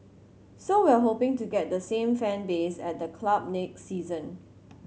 so we're hoping to get the same fan base at the club next season